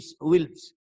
wills